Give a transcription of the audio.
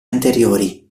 anteriori